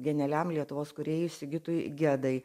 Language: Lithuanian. genialiam lietuvos kūrėjui sigitui gedai